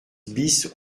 bis